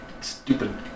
Stupid